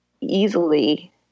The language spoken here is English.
easily